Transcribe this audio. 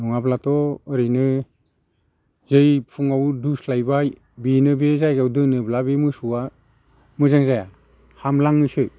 नङाब्लाथ' ओरैनो जै फुङाव दौस्लायबाय बेनो बे जायगायाव दोनोब्ला बे मोसौआ मोजां जाया हामलाङोसो